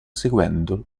seguendo